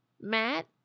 Matt